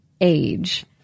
age